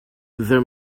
there